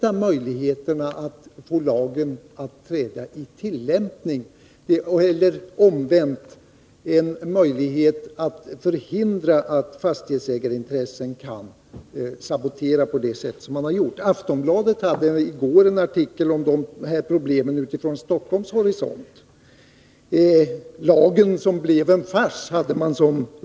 Det märklig synes alltså inträffa att domänverkets chefer själva skall utreda misstänkta svindlerier i företagets egen verksamhet. En sådan ordning är stötande ur rättssynpunkt. 1. Har regeringen för avsikt att verkställa en opartisk utredning av domänkoncernens husaffärer? 2.